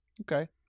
Okay